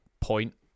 point